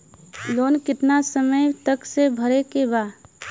Loan के कितना समय तक मे भरे के बा?